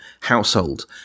household